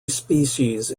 species